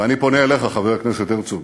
ואני פונה אליך, חבר הכנסת הרצוג: